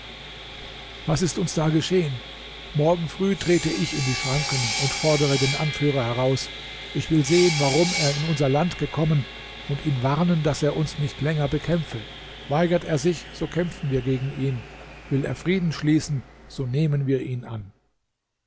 was ist uns da geschehen morgen früh trete ich in die schranken und fordere den anführer heraus ich will sehen warum er in unser land gekommen und ihn warnen daß er uns nicht länger bekämpfe weigert er sich so kämpfen wir gegen ihn will er frieden schließen so nehmen wir ihn an